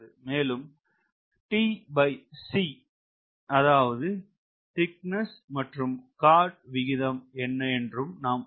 மேலும் tc அதாவது தடிமன் thicknesst மற்றும் கார்ட் chordc டிற்கான விகிதம் என்ன என்றும் நன் பார்க்கிறேன்